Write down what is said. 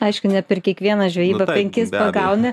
aišku ne per kiekvieną žvejybą penkis pagauni